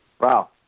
Wow